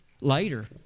Later